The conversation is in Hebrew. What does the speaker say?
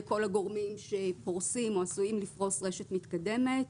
כל הגורמים שפרוסים או עשויים לפרוס רשת מתקדמת,